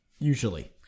usually